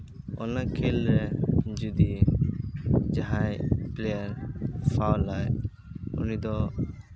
ᱚᱱᱟ ᱠᱷᱮᱞᱨᱮ ᱡᱩᱫᱤ ᱡᱟᱦᱟᱸᱭ ᱯᱞᱮᱭᱟᱨ ᱯᱷᱟᱩᱞ ᱟᱭ ᱩᱱᱤ ᱫᱚ